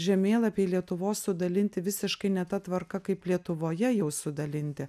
žemėlapiai lietuvos sudalinti visiškai ne ta tvarka kaip lietuvoje jau sudalinti